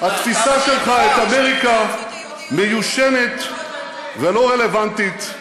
"התפיסה שלך את אמריקה מיושנת ולא רלוונטית,